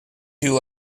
you